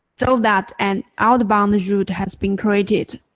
so that an outbound route has been created,